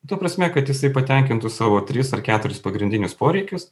ta prasme kad jisai patenkintų savo tris ar keturis pagrindinius poreikius